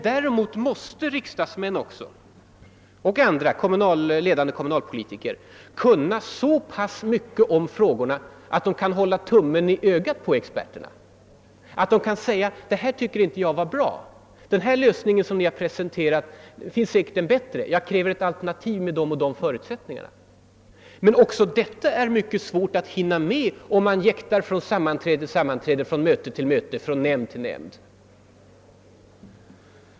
Däremot måste riksdagsmän och ledande kommunalpolitiker kunna så mycket om frågorna att de kan hålla tummen på ögat på experterna och t.ex. kräva ett alternativ till den lösning som experterna har presenterat. Men det är svårt att hinna med också detta, om man jäktar från sammanträde till sammanträde, från möte till möte, från nämnd till nämnd.